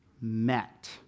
met